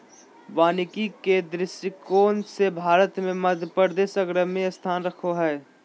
वानिकी के दृष्टिकोण से भारत मे मध्यप्रदेश अग्रणी स्थान रखो हय